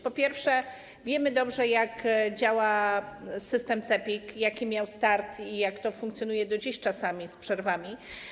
Po pierwsze, wiemy dobrze, jak działa system CEPiK, jaki miał start i jak to funkcjonuje do dziś czasami z przerwami.